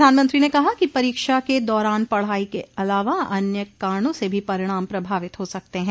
प्रधानमंत्री ने कहा कि परीक्षा के दौरान पढ़ाई के अलावा अन्य कारणों से भी परिणाम प्रभावित हो सकते हैं